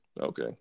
Okay